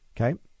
Okay